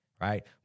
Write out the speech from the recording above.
right